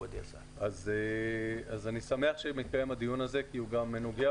אני שמח שמתקיים הדיון הזה כי הוא גם נוגע